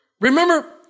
Remember